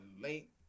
late